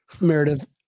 Meredith